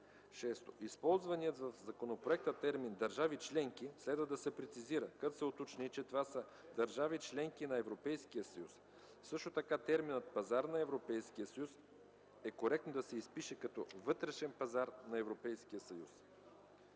6. Използваният в законопроекта термин „държави-членки” следва да се прецизира, като се уточни, че това са „държавите членки на Европейския съюз”. Също така терминът „пазар на Европейския съюз” е коректно да се изпише като „вътрешен пазар на Европейския съюз”.